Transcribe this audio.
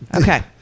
Okay